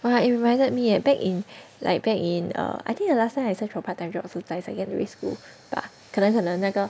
!wah! it reminded me leh back in like back in err I think the last time I search for part time job 是在 secondary school 吧可能可能那个